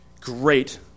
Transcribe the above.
great